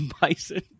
bison